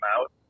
out